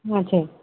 ம் சரி